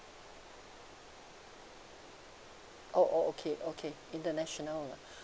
oh oh okay okay international ah